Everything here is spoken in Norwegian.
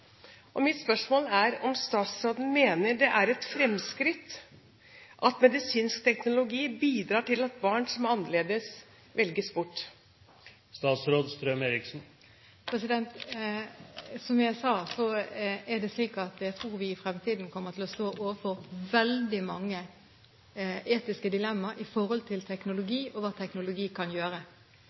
Mitt spørsmål er om statsråden mener det er et fremskritt at medisinsk teknologi bidrar til at barn som er annerledes, velges bort? Som jeg sa, tror jeg vi i fremtiden kommer til å stå overfor veldig mange etiske dilemma med hensyn til teknologi og hva teknologien kan gjøre.